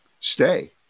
stay